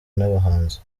n’abahanzi